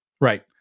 Right